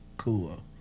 Cool